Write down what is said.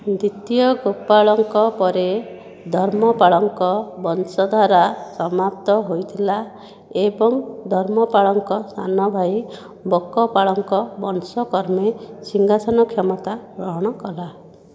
ଦ୍ୱିତୀୟ ଗୋପାଳଙ୍କ ପରେ ଧର୍ମପାଳଙ୍କ ବଂଶଧାରା ସମାପ୍ତ ହୋଇଥିଲା ଏବଂ ଧର୍ମପାଳଙ୍କ ସାନ ଭାଇ ବକପାଳଙ୍କ ବଂଶ କର୍ମେ ସିଂହାସନ କ୍ଷମତା ଗ୍ରହଣ କଲା